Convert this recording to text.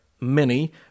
mini